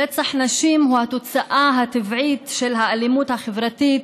רצח נשים הוא התוצאה הטבעית של האלימות החברתית,